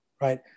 right